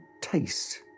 taste